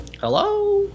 Hello